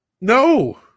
No